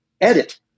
edit